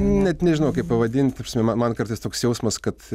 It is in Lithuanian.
net nežinau kaip pavadint ta prasme man man kartais toks jausmas kad